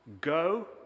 go